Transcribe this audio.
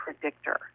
predictor